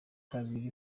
kubangamira